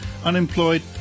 Unemployed